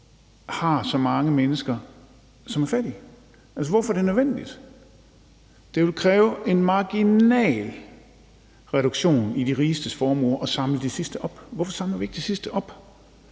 har så mange mennesker, som er fattige. Hvorfor er det nødvendigt? Det vil kræve en marginal reduktion af de rigestes formuer at samle de sidste op. Hvorfor samler vi ikke de sidste år?